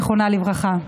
זיכרונה לברכה.